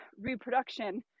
reproduction